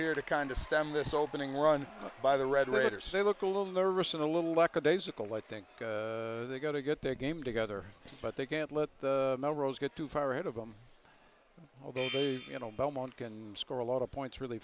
here to kind of stem this opening run by the red raiders say look a little nervous and a little lackadaisical i think they've got to get their game together but they can't let the rose get too far ahead of them although they you know belmont can score a lot of points really